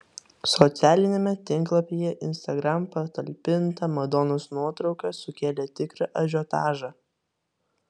socialiniame tinklapyje instagram patalpinta madonos nuotrauka sukėlė tikrą ažiotažą